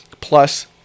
plus